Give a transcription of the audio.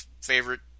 favorite